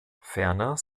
ferner